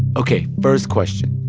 ok, first question.